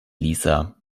lisa